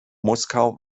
moskau